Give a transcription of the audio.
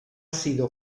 sido